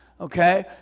okay